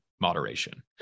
moderation